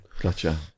gotcha